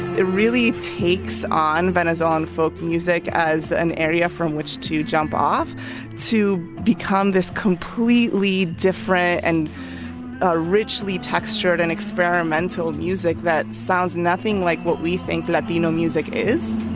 it really takes on venezuelan folk music as an area from which to jump off to become this completely different and ah richly textured and experimental music that sounds nothing like what we think latino music is